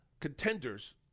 contenders